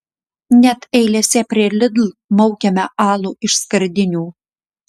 net eilėse prie lidl maukiame alų iš skardinių